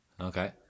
Okay